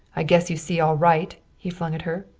i guess you see all right! he flung at her.